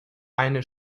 eine